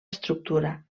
estructura